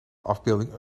afbeelding